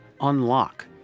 unlock